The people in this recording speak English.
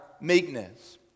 meekness